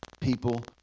people